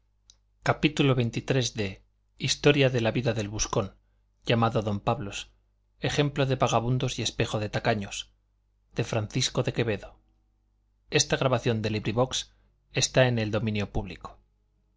gutenberg ebook historia historia de la vida del buscón llamado don pablos ejemplo de vagamundos y espejo de tacaños de francisco de quevedo y villegas libro primero capítulo i en que